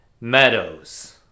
Meadows